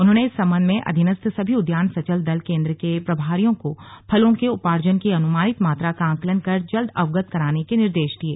उन्होंने इस संबंध में अधीनस्थ सभी उद्यान संचल दल केन्द्र के प्रभारियों को फलों के उपार्जन की अनुमानित मात्रा का आंकलन कर जल्द अवगत कराने के निर्देश दिये